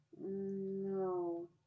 No